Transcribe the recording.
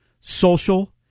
social